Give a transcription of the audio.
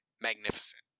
magnificent